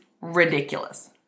ridiculous